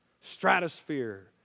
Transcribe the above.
stratosphere